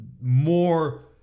more